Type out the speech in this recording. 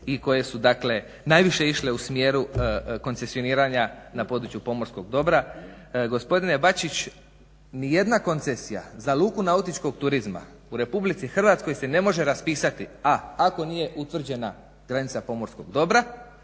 i koje su dakle najviše išle u smjeru koncesioniranja na području pomorskog dobra, gospodine Bačić nijedna koncesija za luku nautičkog turizma u Republici Hrvatskoj se ne može raspisati a) ako nije utvrđena granica pomorskog dobra